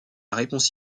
réponse